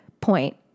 point